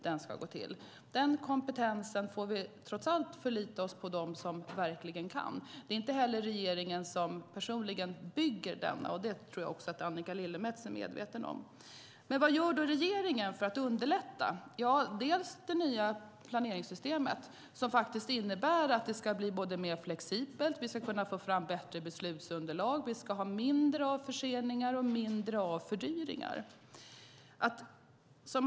Men vad gäller hur det ska gå till får vi trots allt förlita oss på dem som verkligen har kompetensen. Det är inte heller regeringen som personligen bygger den, vilket jag tror att Annika Lillemets är medveten om. Vad gör då regeringen för att underlätta? Det nya planeringssystemet innebär att det ska bli mer flexibelt. Vi ska kunna få fram bättre beslutsunderlag. Vi ska ha mindre av förseningar och fördyringar.